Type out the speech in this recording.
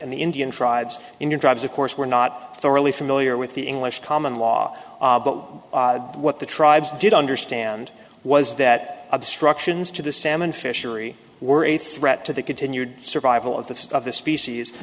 and the indian tribes in your tribes of course were not thoroughly familiar with the english common law but what the tribes did understand was that obstructions to the salmon fishery were a threat to the continued survival of the of the species